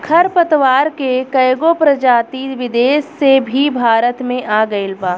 खर पतवार के कएगो प्रजाति विदेश से भी भारत मे आ गइल बा